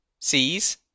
seas